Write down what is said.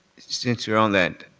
since we're on that,